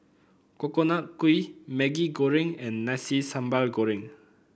Coconut Kuih Maggi Goreng and Nasi Sambal Goreng